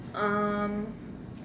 um